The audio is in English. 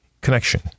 connection